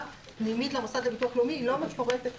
הטלוויזיה והבמות",